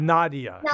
Nadia